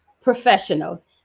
professionals